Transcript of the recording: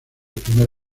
primer